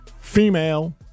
female